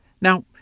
Now